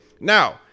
Now